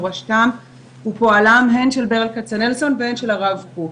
מורשתם ופועלם הן של ברל כצנלסון והן של הרב קוק